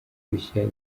rushya